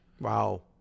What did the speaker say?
Wow